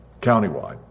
countywide